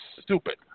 stupid